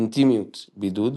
אינטימיות-בידוד,